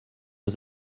aux